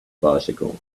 bicycle